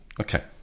Okay